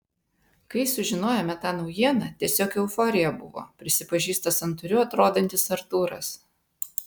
kai sužinojome tą naujieną tiesiog euforija buvo prisipažįsta santūriu atrodantis artūras